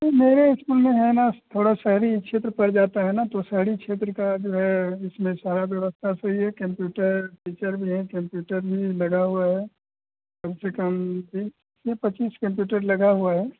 मेरे स्कूल में है ना थोड़ा शहरी क्षेत्र पड़ जाता है न तो शहरी क्षेत्र का जो है इसमें सारा व्यवस्था सही है कंप्यूटर टीचर भी हैं कंप्यूटर भी लगा हुआ है कम से कम पचीस कंप्यूटर लगा हुआ